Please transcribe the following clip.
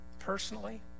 personally